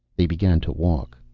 they began to walk.